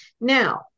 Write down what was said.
Now